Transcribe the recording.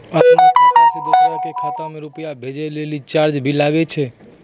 आपनों खाता सें दोसरो के खाता मे रुपैया भेजै लेल चार्ज भी लागै छै?